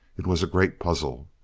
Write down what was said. it was a great puzzle.